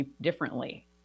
differently